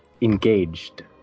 engaged